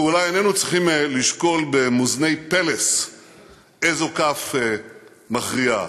ואולי איננו צריכים לשקול במאזני פלס איזו כף מכריעה,